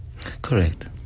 Correct